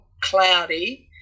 cloudy